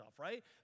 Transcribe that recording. right